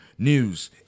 news